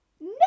No